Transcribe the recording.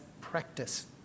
practice